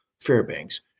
Fairbanks